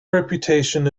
reputation